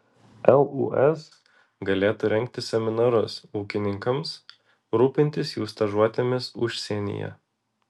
lūs galėtų rengti seminarus ūkininkams rūpintis jų stažuotėmis užsienyje